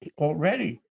already